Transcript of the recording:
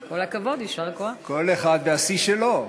כל אחד והשיא שלו.